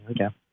Okay